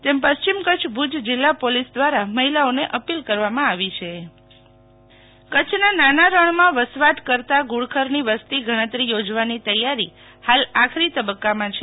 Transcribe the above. તેમ પ્રશ્રિમ કરછ ભુજ જીલ્લા પોલીસ દ્વારા મહિલાઓને અપીલ કરવામાં આવી હતી શીતલ વૈશ્નવ કચ્છના નાના રણમાં વસવાટ કરતાં ઘુડખર ની વસતિ ગણતરી યોજવાની તૈયારી હાલ આખરી તબક્કા માં છે